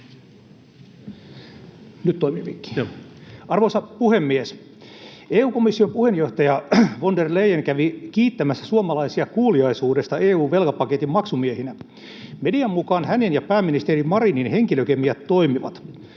Nyt toimii mikki. — Arvoisa puhemies! EU-komission puheenjohtaja von der Leyen kävi kiittämässä suomalaisia kuuliaisuudesta EU-velkapaketin maksumiehinä. Median mukaan hänen ja pääministeri Marinin henkilökemiat toimivat.